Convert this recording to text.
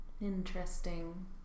Interesting